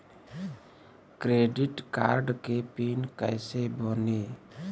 Credit card के PIN कैसे बनी?